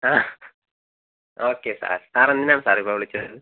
ആ okay sir sir എന്തിനാണ് sir ഇപ്പം വിളിച്ചത്